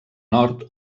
nord